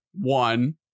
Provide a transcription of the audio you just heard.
one